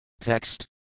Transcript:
TEXT